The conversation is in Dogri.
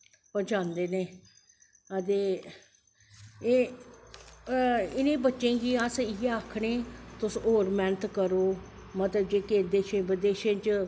पहुंचांदे नै ते इनें बच्चें गी अस इयै आशनें तुस होर मैह्नत करो मतलव देशें विद्शें च